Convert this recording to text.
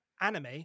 anime